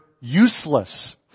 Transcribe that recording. useless